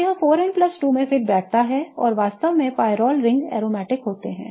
तो यह 4n 2 मैं फिट बैठता है और वास्तव में pyrrole rings aromatic होते हैं